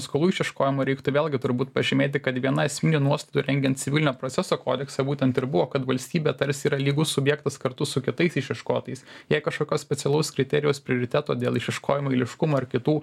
skolų išieškojimo reiktų vėlgi turbūt pažymėti kad viena esminė nuostatų rengiant civilinio proceso kodeksą būtent ir buvo kad valstybė tarsi yra lygus subjektas kartu su kitais išieškotojais jei kažkokio specialaus kriterijaus prioriteto dėl išieškojimo eiliškumo ar kitų